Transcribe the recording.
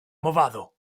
movado